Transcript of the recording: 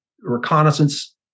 reconnaissance